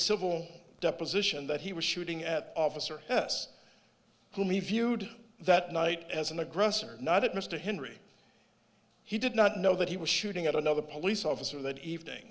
civil deposition that he was shooting at officer s who reviewed that night as an aggressor not at mr henry he did not know that he was shooting at another police officer that evening